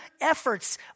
efforts